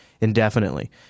indefinitely